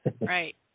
Right